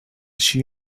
she